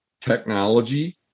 technology